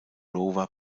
rover